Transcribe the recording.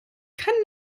kann